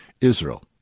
Israel